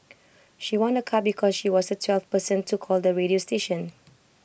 she won A car because she was the twelfth person to call the radio station